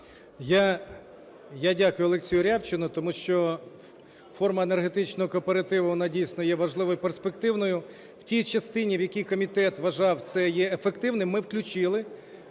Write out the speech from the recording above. Я дякую Олексію Рябчину, тому що форма енергетичного кооперативу вона, дійсно, є важливою і перспективною. У тій частині, в якій комітет вважав, це є ефективним, ми включили